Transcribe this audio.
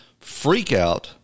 freakout